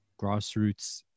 grassroots